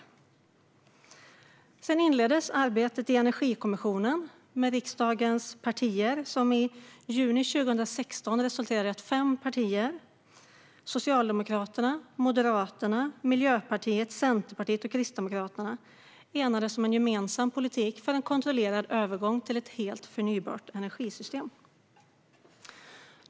Därefter inleddes arbetet i Energikommissionen med riksdagens partier, som i juni 2016 resulterade i att fem partier, Socialdemokraterna, Moderaterna, Miljöpartiet, Centerpartiet och Kristdemokraterna, enades om en gemensam politik för en kontrollerad övergång till ett helt förnybart energisystem.